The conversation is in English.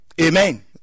Amen